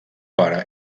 pare